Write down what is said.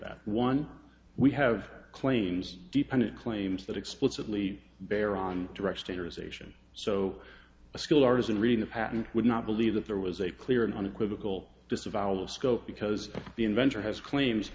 that one we have claims dependent claims that explicitly bear on direct standardization so a skilled artisan reading the patent would not believe that there was a clear and unequivocal disavowal of scope because the inventor has claims